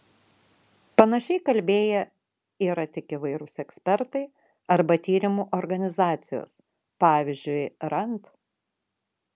panašiai kalbėję yra tik įvairūs ekspertai arba tyrimų organizacijos pavyzdžiui rand